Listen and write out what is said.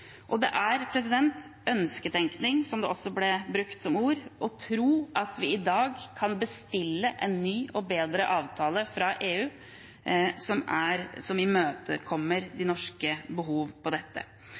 Det er ønsketenkning – et ord som ble brukt – å tro at vi i dag kan bestille en ny og bedre avtale fra EU som imøtekommer de norske behovene på dette